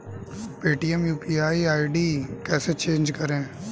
Paytm UPI ID कैसे change करें?